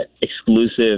exclusive